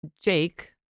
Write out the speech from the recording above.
Jake